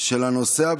של הנוסע,